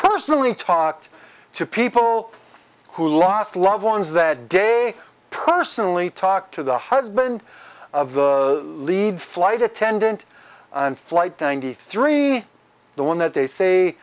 personally talked to people who lost loved ones that day personally talked to the husband of the lead flight attendant on flight ninety three the one that they say